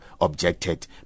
objected